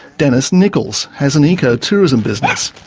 dennis nicholls has an eco-tourism business.